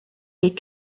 des